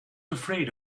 afraid